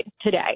today